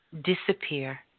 disappear